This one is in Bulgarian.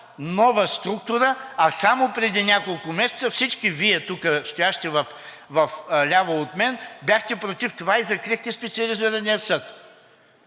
нова структура, а само преди няколко месеца, всички Вие тук, стоящите вляво от мен, бяхте против това и закрихте Специализирания съд.